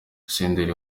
senderi